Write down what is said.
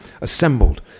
Assembled